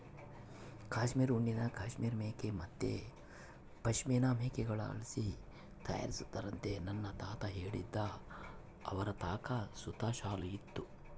ಕಾಶ್ಮೀರ್ ಉಣ್ಣೆನ ಕಾಶ್ಮೀರ್ ಮೇಕೆ ಮತ್ತೆ ಪಶ್ಮಿನಾ ಮೇಕೆಗುಳ್ಳಾಸಿ ತಯಾರಿಸ್ತಾರಂತ ನನ್ನ ತಾತ ಹೇಳ್ತಿದ್ದ ಅವರತಾಕ ಸುತ ಶಾಲು ಇತ್ತು